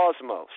cosmos